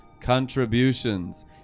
contributions